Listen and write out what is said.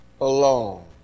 alone